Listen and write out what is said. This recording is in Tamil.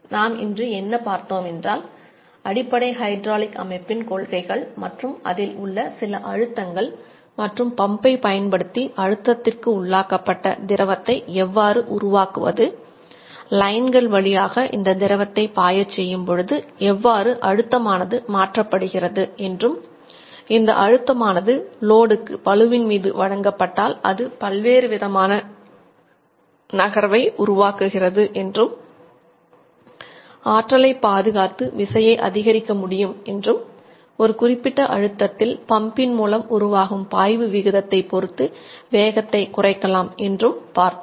நாம் இன்று என்ன பார்த்தோம் என்றால் அடிப்படை ஹைட்ராலிக் அமைப்பின் கொள்கைகள் குறைக்கலாம் என்றும் பார்த்தோம்